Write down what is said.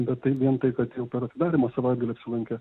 bet tai vien tai kad jau per atidarymo savaitgalį apsilankė